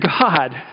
God